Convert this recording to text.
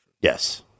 Yes